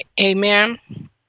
Amen